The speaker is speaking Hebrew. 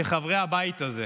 שחברי הבית הזה